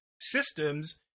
systems